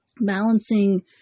balancing